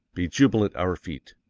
be jubilant our feet,